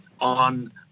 on